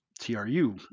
TRU